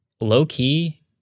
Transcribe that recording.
low-key